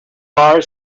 bar